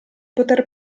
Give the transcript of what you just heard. poter